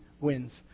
wins